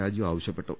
രാജു ആവശ്യപ്പെട്ടു